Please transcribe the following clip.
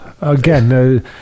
again